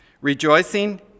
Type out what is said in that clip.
rejoicing